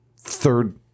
third